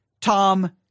Tom